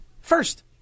first